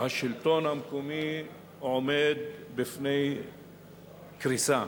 וזעק שהשלטון המקומי עומד בפני קריסה.